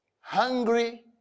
hungry